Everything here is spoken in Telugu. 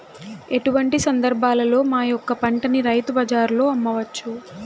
ఎటువంటి సందర్బాలలో మా యొక్క పంటని రైతు బజార్లలో అమ్మవచ్చు?